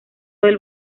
del